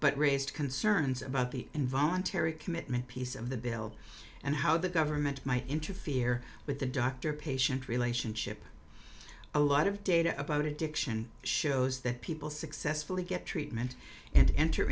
but raised concerns about the involuntary commitment piece of the bill and how the government might interfere with the doctor patient relationship a lot of data about addiction shows that people successfully get treatment and enter